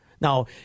Now